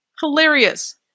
hilarious